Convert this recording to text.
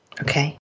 Okay